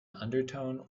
undertone